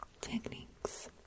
Techniques